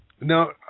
Now